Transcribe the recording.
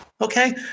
okay